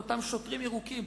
לאותם שוטרים ירוקים.